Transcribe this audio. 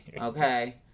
Okay